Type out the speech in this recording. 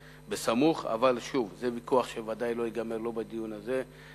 אבל שוב, זה ויכוח שוודאי לא ייגמר בדיון הזה.